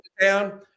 down